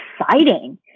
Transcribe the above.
exciting